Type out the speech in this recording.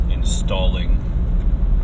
installing